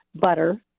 butter